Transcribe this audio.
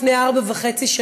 לפני ארבע שנים וחצי,